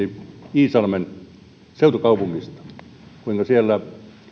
iisalmen seutukaupungista kuinka siellä